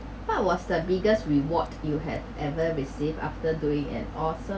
what was the biggest reward you had ever received after doing an awes~